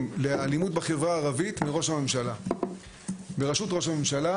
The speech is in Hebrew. לאלימות בחברה הערבית בראשות ראש הממשלה,